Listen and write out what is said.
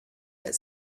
that